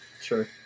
Sure